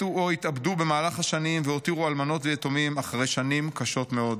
מתו או התאבדו במהלך השנים והותירו אלמנות ויתומים אחרי שנים קשות מאוד.